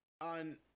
on